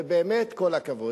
ובאמת כל הכבוד.